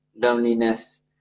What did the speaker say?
loneliness